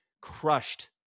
crushed